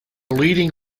leading